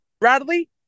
Bradley